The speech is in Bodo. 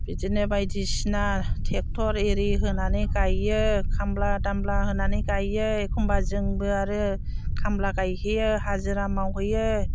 बिदिनो बायदिसिना टेक्ट'र आरि होनानै गायो खामला दामला होनानै गायो एखनबा जोंबो आरो खामला गायहैयो हाजिरा मावहैयो